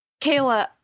Kayla